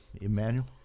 Emmanuel